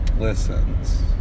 listens